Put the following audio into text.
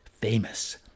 famous